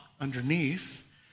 underneath